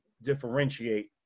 differentiate